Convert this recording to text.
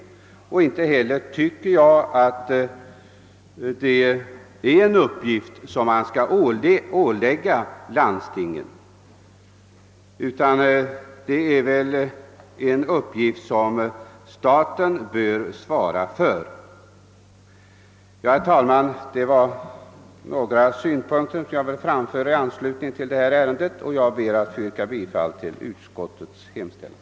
Jag tycker inte heller att det är en uppgift som skall åvila landstingen utan den bör staten svara för. Ja, herr talman, det var några synpunkter som jag ville framföra i anslutning till detta ärende, och jag ber att få yrka bifall till utskottets hemställan.